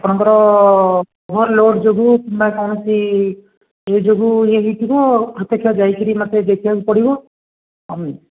ଆପଣଙ୍କର overload ଯୋଗୁଁ କିମ୍ବା କୌଣସି ଇଏ ଯୋଗୁଁ ଇଏ ହେଇଥିବ ଯାଇକିରି ମୋତେ ଦେଖିବାକୁ ପଡ଼ିବ ଆଉ